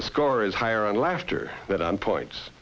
the score is higher on laughter but on points